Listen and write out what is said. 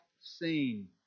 seen